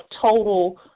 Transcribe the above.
total